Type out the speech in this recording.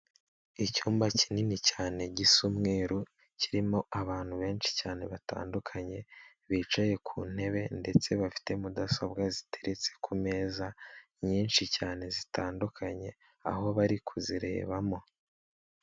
Icyumba kinini cyane gisa umweru, kirimo abantu benshi cyane batandukanye, bicaye ku ntebe ndetse bafite mudasobwa ziteretse ku meza nyinshi cyane zitandukanye, aho bari kuzirebamo.